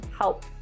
help